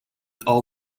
all